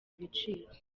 ibiciro